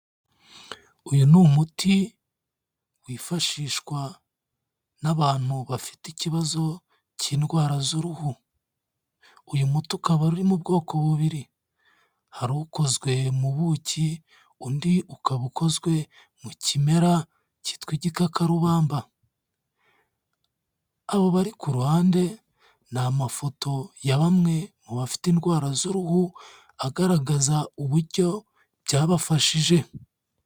Uyu ni umuti wifashishwa n'abantu bafite ikibazi cy'indwara z'uruhu. Uyu muti ukaba uri mu bwoko bubiri. Hari ukozwe mu buki, undi ukaba ukozwe mu kimera kitwa igikakarubamba. Abo bari ku ruhande ni amafoto ya bamwe mubafite indwara z'uruhu agaragaza uburyo byabafashije.